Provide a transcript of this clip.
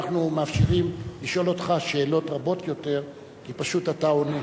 אנחנו מאפשרים לשאול אותך שאלות רבות יותר כי פשוט אתה עונה.